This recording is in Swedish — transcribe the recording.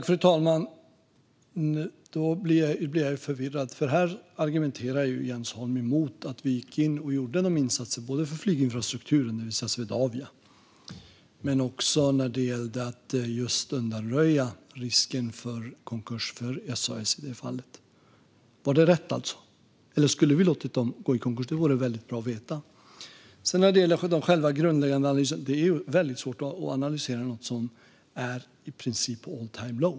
Fru talman! Då blir jag förvirrad. Här argumenterar ju Jens Holm mot att vi gick in och gjorde insatser både för flyginfrastrukturen, det vill säga Swedavia, och för att undanröja risken för konkurs för i det fallet SAS. Var det alltså rätt? Eller skulle vi ha låtit dem gå i konkurs? Det vore väldigt bra att veta. När det gäller själva den grundläggande analysen kan jag säga att det är väldigt svårt att analysera något som i princip är all-time-low.